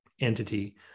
entity